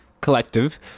collective